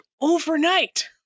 overnight